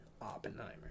Oppenheimer